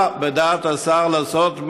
מה בדעת השר לעשות,